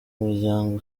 muryango